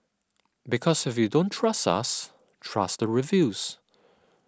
because if you don't trust us trust the reviews